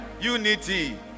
Unity